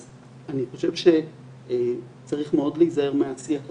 אז אני חושב שצריך מאוד להיזהר מהשיח הטוקסי.